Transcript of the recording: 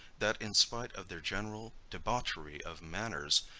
that in spite of their general debauchery of manners,